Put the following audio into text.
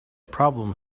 problem